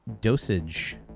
dosage